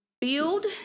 build